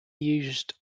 used